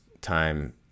time